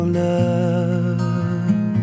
love